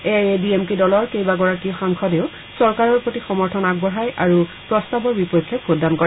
A I A D M K দলৰ কেইবাগৰাকী সাংসদেও চৰকাৰৰ প্ৰতি সমৰ্থন আগবঢ়ায় আৰু প্ৰস্তাৱৰ বিপক্ষে ভোটদান কৰে